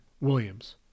Williams